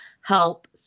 help